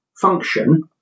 function